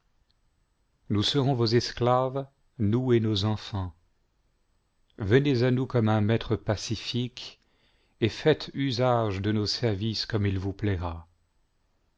nous serons vos esclaves nous et nos enfants venez à nous comme un maître pacifique et faites usage de nos services comme il vous plaira